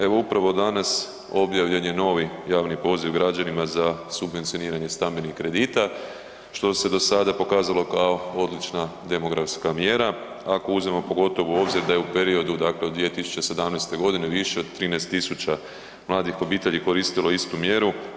Evo upravo danas objavljen je novi javni poziv građanima za subvencioniranje stambenih kredita što se do sada pokazalo kao odlična demografska mjera, ako uzmemo pogotovo u obzir da je u periodu od 2017. godine više od 13.000 mladih obitelji koristilo istu mjeru.